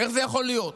איך זה יכול להיות?